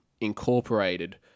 incorporated